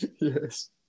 yes